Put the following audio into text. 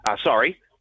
Sorry